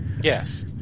Yes